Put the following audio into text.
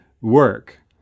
work